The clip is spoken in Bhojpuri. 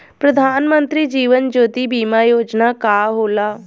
प्रधानमंत्री जीवन ज्योति बीमा योजना का होला?